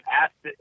asked